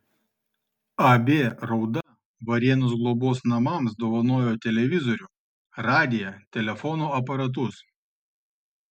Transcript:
ab rauda varėnos globos namams dovanojo televizorių radiją telefono aparatus